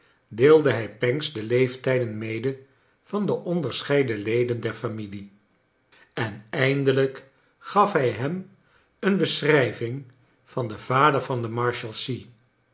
decide hij pancks de leeftijden mode van de onderscheidene leden der familie en eindelijk gaf hij hem een beschrijving van den vader van de marshalsea